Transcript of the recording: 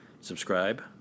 subscribe